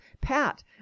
Pat